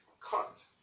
cut